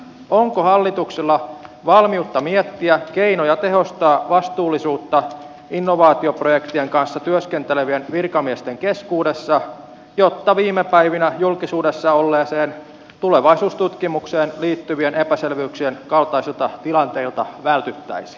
onko hallituksella valmiutta miettiä keinoja tehostaa vastuullisuutta innovaatioprojektien kanssa työskentelevien virkamiesten keskuudessa jotta viime päivinä julkisuudessa olleeseen tulevaisuustutkimukseen liittyvien epäselvyyksien kaltaisilta tilanteilta vältyttäisiin